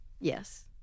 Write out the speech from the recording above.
Yes